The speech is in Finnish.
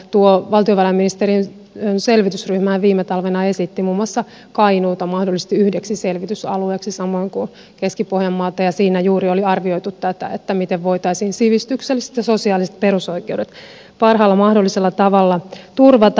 tuo valtiovarainministeriön selvitysryhmä viime talvena esitti muun muassa kainuuta mahdollisesti yhdeksi selvitysalueeksi samoin kuin keski pohjanmaata ja siinä juuri oli arvioitu tätä miten voitaisiin sivistykselliset ja sosiaaliset perusoikeudet parhaalla mahdollisella tavalla turvata